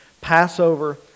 Passover